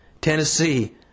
Tennessee